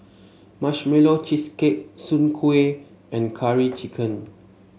Marshmallow Cheesecake Soon Kueh and Curry Chicken